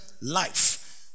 life